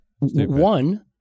One